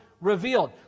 revealed